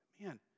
Man